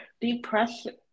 Depression